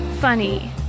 funny